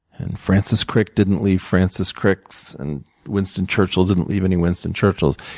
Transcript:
and francis crick didn't leave francis cricks, and winston churchill didn't leave any winston churchills.